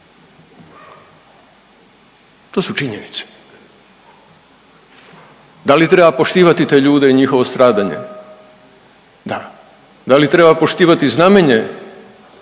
To su činjenice. Da li treba poštivati te ljude i njihovo stradanje? Da. Da li treba poštivati znamenje